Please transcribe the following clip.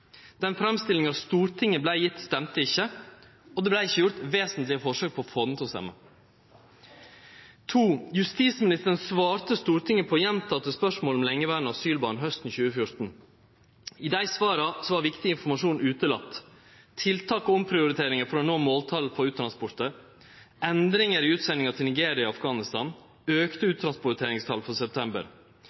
Den framstillingen Stortinget ble gitt, stemte ikke, og det ble ikke gjort vesentlige forsøk på å få den til å stemme. For det andre svarte justisministeren Stortinget på gjentatte spørsmålet om lengeværende asylbarn høsten 2014. I disse svarene var viktig informasjon utelatt: tiltak og omprioriteringer for å nå måltall for uttransporter, økte utsendelser til Nigeria og Afghanistan og uttransporteringstallene for august og september.